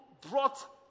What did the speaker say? brought